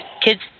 kids